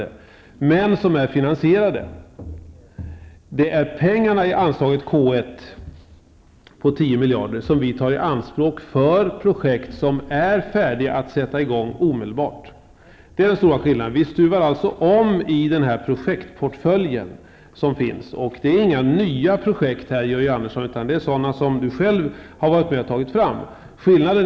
Projekten är dock finansierade genom pengarna under anslaget K 1 -- 10 miljarder, som vi tar i anspråk för projekt som är färdiga att omedelbart sättas i gång. Skillnaden är att vi stuvar om i projektportföljen. Det är inte fråga om några nya projekt, utan det rör sig om sådana projekt som Georg Andersson har varit med om att ta fram.